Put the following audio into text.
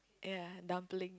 ya dumpling